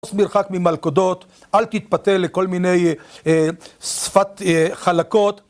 תפוס מרחק ממלכודות, אל תתפתה לכל מיני שפת חלקות